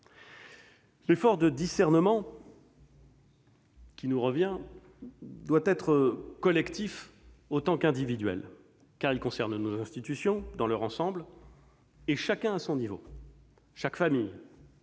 L'effort de discernement qui nous incombe doit être collectif autant qu'individuel, car il concerne nos institutions dans leur ensemble et chacun à son niveau : chaque famille,